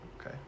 okay